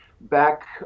back